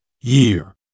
Year